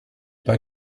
pas